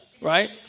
right